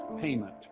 payment